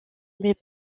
mais